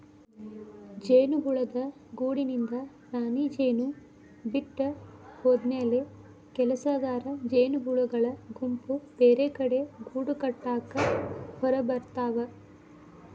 ಜೇನುಹುಳದ ಗೂಡಿನಿಂದ ರಾಣಿಜೇನು ಬಿಟ್ಟ ಹೋದಮ್ಯಾಲೆ ಕೆಲಸಗಾರ ಜೇನಹುಳಗಳ ಗುಂಪು ಬೇರೆಕಡೆ ಗೂಡಕಟ್ಟಾಕ ಹೊರಗಬರ್ತಾವ